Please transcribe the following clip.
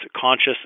conscious